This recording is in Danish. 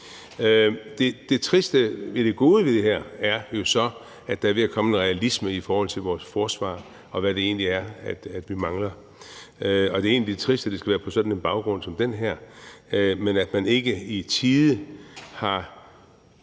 Det gode ved det her er jo så, at der er ved at komme en realisme i forhold til vores forsvar og hvad det egentlig er, vi mangler. Og det er egentlig trist, at det skal ske på sådan en baggrund som den her, og at man ikke i tide har